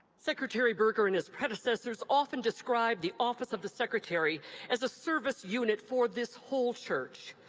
secretary boerger and his predecessors often describe the office of the secretary as a service unit for this whole church.